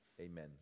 Amen